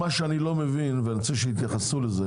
מה שאני לא מבין ואני רוצה שיתייחסו לזה